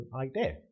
idea